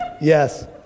Yes